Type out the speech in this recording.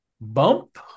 bump